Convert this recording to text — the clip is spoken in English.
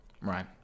Right